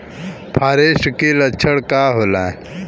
फारेस्ट के लक्षण का होला?